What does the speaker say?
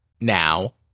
Now